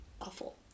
awful